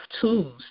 tools